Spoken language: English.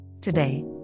Today